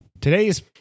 today's